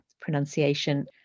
pronunciation